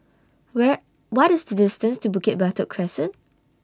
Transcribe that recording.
Where What IS The distance to Bukit Batok Crescent